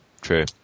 true